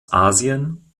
asien